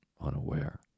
unaware